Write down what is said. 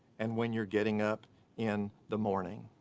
and when you're getting up in the morning.